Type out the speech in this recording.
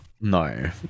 No